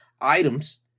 items